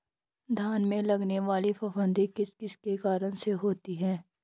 धान में लगने वाली फफूंदी किस किस के कारण होती है?